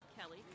Kelly